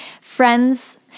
Friends